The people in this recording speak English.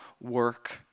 work